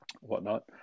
whatnot